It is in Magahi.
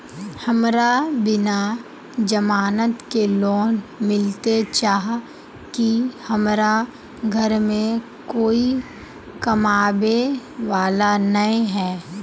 हमरा बिना जमानत के लोन मिलते चाँह की हमरा घर में कोई कमाबये वाला नय है?